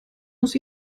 muss